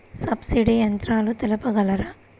Subsidy యంత్రాలు తెలుపగలరు?